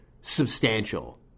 substantial